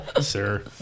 sir